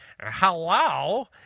hello